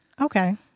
Okay